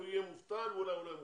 יהיה מובטל ואולי הוא לא יהיה מובטל.